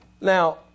Now